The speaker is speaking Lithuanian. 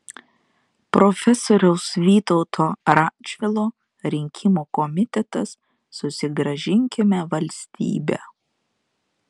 profesoriaus vytauto radžvilo rinkimų komitetas susigrąžinkime valstybę